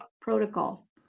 protocols